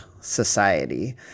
society